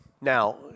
Now